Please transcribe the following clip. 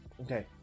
okay